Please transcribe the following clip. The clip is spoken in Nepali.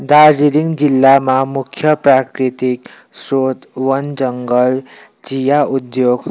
दार्जिलिङ जिल्लामा मुख्य प्राकृतिक स्रोत वन जङ्गल चिया उद्योग